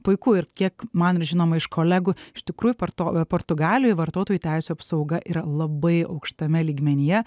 puiku ir kiek man žinoma iš kolegų iš tikrųjų porto portugalijoj vartotojų teisių apsauga yra labai aukštame lygmenyje